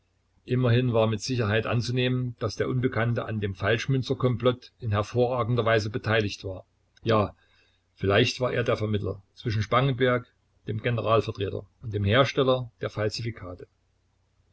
immerhin war mit sicherheit anzunehmen daß der unbekannte an dem falschmünzer komplott in hervorragender weise beteiligt war ja vielleicht war er der vermittler zwischen spangenberg dem generalvertreter und dem hersteller der